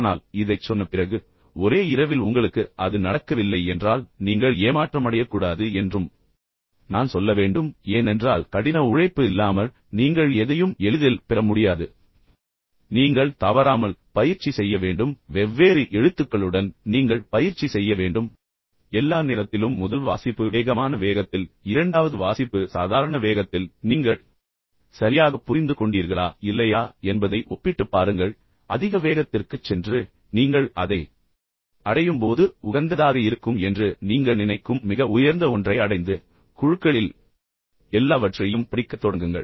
ஆனால் இதைச் சொன்ன பிறகு ஒரே இரவில் உங்களுக்கு அது நடக்கவில்லை என்றால் நீங்கள் ஏமாற்றமடையக்கூடாது என்றும் நான் சொல்ல வேண்டும் ஏனென்றால் கடின உழைப்பு இல்லாமல் நீங்கள் எதையும் எளிதில் பெற முடியாது நீங்கள் தவறாமல் பயிற்சி செய்ய வேண்டும் வெவ்வேறு எழுத்துக்களுடன் நீங்கள் பயிற்சி செய்ய வேண்டும் எல்லா நேரத்திலும் முதல் வாசிப்பு வேகமான வேகத்தில் இரண்டாவது வாசிப்பு சாதாரண வேகத்தில் நீங்கள் சரியாக புரிந்து கொண்டீர்களா இல்லையா என்பதை ஒப்பிட்டுப் பாருங்கள் பின்னர் அதிக வேகத்திற்குச் சென்று நீங்கள் அதை அடையும் போது உகந்ததாக இருக்கும் என்று நீங்கள் நினைக்கும் மிக உயர்ந்த ஒன்றை அடைந்து பின்னர் குழுக்களில் எல்லாவற்றையும் படிக்கத் தொடங்குங்கள்